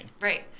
Right